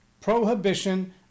prohibition